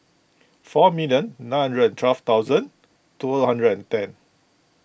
four million nine hundred and twelve thousand two hundred and ten